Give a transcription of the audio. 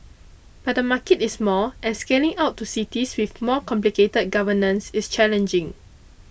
but the market is small and scaling out to cities with more complicated governance is challenging